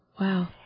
Wow